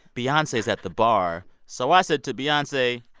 beyonce's at the bar. so i said to beyonce,